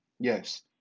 Yes